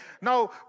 Now